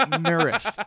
nourished